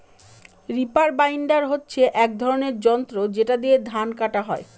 reaper binder হচ্ছে এক ধরনের যন্ত্র যেটা দিয়ে ধান কাটা হয়